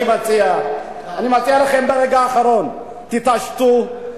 אני מציע לכם ברגע האחרון: תתעשתו,